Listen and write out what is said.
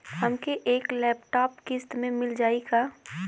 हमके एक लैपटॉप किस्त मे मिल जाई का?